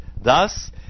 Thus